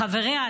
לחבריו,